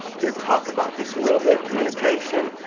did talk about this a little bit, communication.